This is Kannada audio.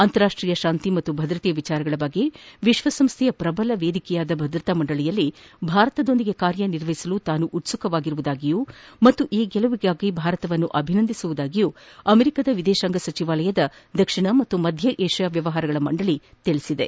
ಅಂತಾರಾಷ್ಟೀಯ ಶಾಂತಿ ಮತ್ತು ಭದ್ರತೆ ವಿಚಾರಗಳ ಬಗ್ಗೆ ವಿಶ್ವಸಂಸ್ಥೆಯ ಪ್ರಬಲ ವೇದಿಕೆಯಾದ ಭದ್ರತಾ ಮಂಡಳಿಯಲ್ಲಿ ಭಾರತದೊಂದಿಗೆ ಕಾರ್ಯನಿರ್ವಹಿಸಲು ತಾನು ಉತ್ಸುಕವಾಗಿರುವುದಾಗಿಯೂ ಮತ್ತು ಈ ಗೆಲುವಿಗಾಗಿ ಭಾರತವನ್ನು ಅಭಿನಂದಿಸುವುದಾಗಿಯೂ ಅಮೆರಿಕದ ವಿದೇಶಾಂಗ ಸಚಿವಾಲಯದ ದಕ್ಷಿಣ ಮತ್ತು ಮಧ್ಯ ಏಷ್ಯಾ ವ್ಯವಹಾರಗಳ ಮಂಡಳಿ ತಿಳಿಸಿದೆ